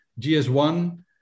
GS1